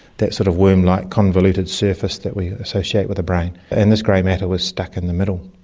that sort of worm-like, convoluted surface that we associate with the brain, and this grey matter was stuck in the middle.